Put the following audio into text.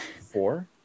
Four